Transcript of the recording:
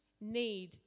need